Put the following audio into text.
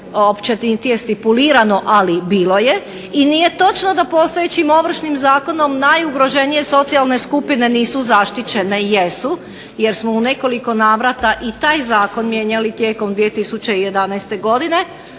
opće niti je stipulirano ali bilo je. I nije točno da postojećim Ovršnim zakonom najugroženije socijalne skupne nisu zaštićene. Jesu. Jer smo u nekoliko navrata tijekom 2011. Godine